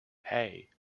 hey